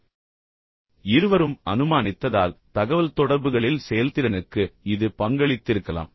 எனவே இருவரும் அனுமானித்ததால் தகவல்தொடர்புகளில் செயல்திறனுக்கு இது உண்மையில் பங்களித்திருக்கலாம்